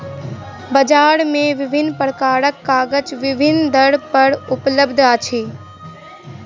बजार मे विभिन्न प्रकारक कागज विभिन्न दर पर उपलब्ध अछि